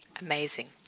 amazing